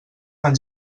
fan